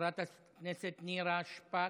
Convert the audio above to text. חברת הכנסת נירה שפק,